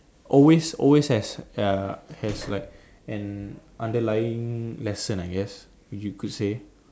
always always has uh has like an underlying lesson I guess you could say